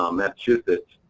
um massachusetts,